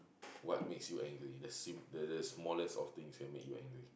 what makes you angry the sim~ the the smallest of things can make you angry